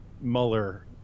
Mueller